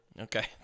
Okay